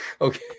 okay